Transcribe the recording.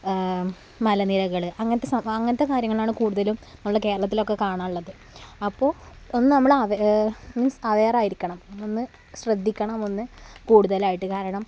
മലനിരകൾ അങ്ങനത്തെ അങ്ങനത്തെ കാര്യങ്ങൾ കൂടുതലും നമ്മളെ കേരളത്തിലൊക്കെ കാണാൻ ഉള്ളത് അപ്പോൾ ഒന്ന് നമ്മൾ മീൻസ് അവേർ ആയിരിക്കണം ഒന്ന് ശ്രദ്ധിക്കണം ഒന്ന് കൂടുതലായിട്ട് കാരണം